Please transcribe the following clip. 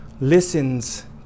listens